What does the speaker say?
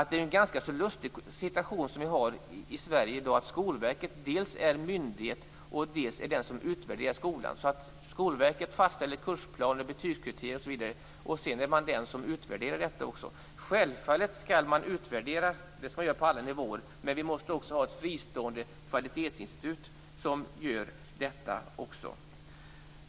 Det är en ganska lustig situation vi har i Sverige i dag; att Skolverket dels är myndigheten, dels de som utvärderar skolan. Skolverket fastställer kursplaner, betygskriterier osv. Sedan utvärderar man också dessa. Självfallet skall man utvärdera. Det skall man göra på alla nivåer. Men vi måste ha ett fristående kvalitetsinstitut som gör detta.